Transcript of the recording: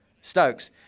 Stokes